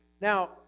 Now